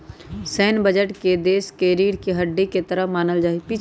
सैन्य बजट देश के रीढ़ के हड्डी के तरह मानल जा हई